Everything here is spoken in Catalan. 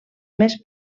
més